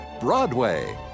Broadway